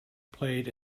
played